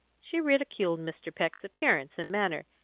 she ridiculed mr. peck's appearance and manner,